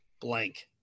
blank